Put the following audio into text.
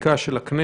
חקיקה של הכנסת.